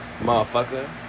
motherfucker